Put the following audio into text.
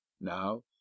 now